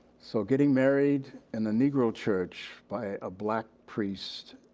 so, getting married in a negro church, by a black priest,